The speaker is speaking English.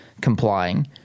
complying